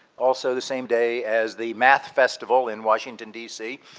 also the same day as the math festival in washington dc.